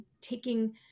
taking